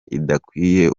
idakwiye